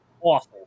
awful